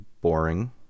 boring